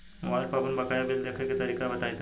Mobile पर आपन बाकाया बिल देखे के तरीका बताईं तनि?